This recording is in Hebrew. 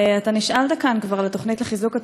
אתה נשאלת כאן כבר על התוכנית לחיזוק הצפון,